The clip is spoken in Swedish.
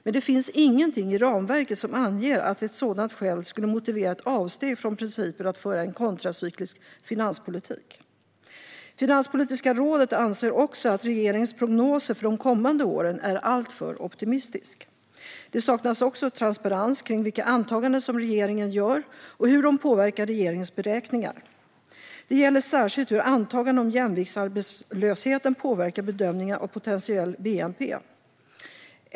Men det finns ingenting i ramverket som anger att ett sådant skäl skulle motivera ett avsteg från principen att föra en kontracyklisk finanspolitik. Finanspolitiska rådet anser att regeringens prognoser för de kommande åren är alltför optimistiska. Det saknas transparens kring vilka antaganden som regeringen gör och hur de påverkar regeringens beräkningar. Det gäller särskilt hur antaganden om jämviktsarbetslösheten påverkar bedömningen av potentiell bnp.